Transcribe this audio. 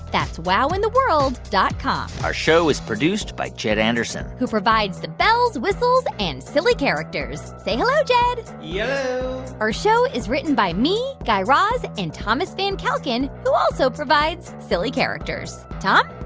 that's wowintheworld dot com our show is produced by jed anderson who provides the bells, whistles and silly characters. say hello, jed yello yeah our show is written by me, guy raz and thomas van kalken, who also provides silly characters. tom?